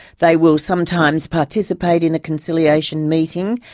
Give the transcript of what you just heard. they will sometimes participate in a conciliation meeting.